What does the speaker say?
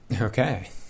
Okay